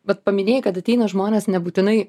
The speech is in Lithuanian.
bet paminėjai kad ateina žmonės nebūtinai